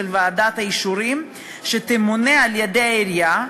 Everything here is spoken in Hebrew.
ועדת האישורים שתמונה על-ידי העירייה,